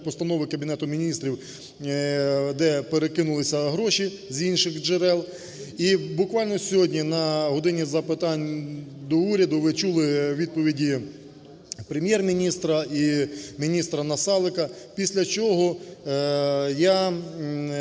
постанови Кабінету Міністрів, де перекинулися гроші з інших джерел. І буквально сьогодні на "годині запитань до Уряду" ви чули відповіді Прем'єр-міністра і міністра Насалика. Після чого, я,